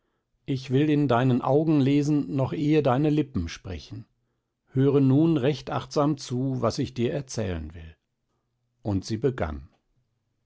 ich will in deinen augen lesen noch ehe deine lippen sprechen höre nun recht achtsam zu was ich dir erzählen will und sie begann